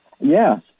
Yes